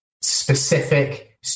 specific